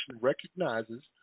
recognizes